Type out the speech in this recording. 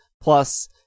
plus